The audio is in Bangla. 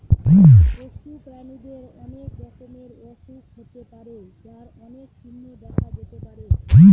পশু প্রাণীদের অনেক রকমের অসুখ হতে পারে যার অনেক চিহ্ন দেখা যেতে পারে